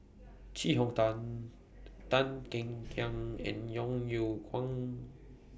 Chee Hong Tan Tan Kek Hiang and Yeo Yeow Kwang